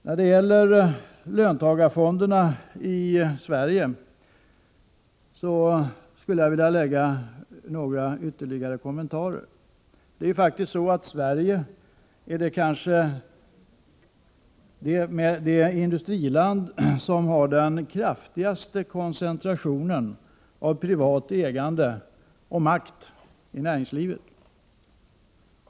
När det gäller löntagarfonderna i Sverige skulle jag vilja lämna några ytterligare kommentarer. Sverige är kanske det industriland som har den kraftigaste koncentrationen av privat ägande och makt i näringslivet.